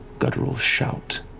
guttural shout